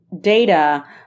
data